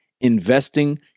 investing